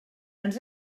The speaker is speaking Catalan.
ens